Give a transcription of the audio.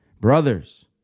Brothers